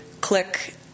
click